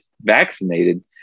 vaccinated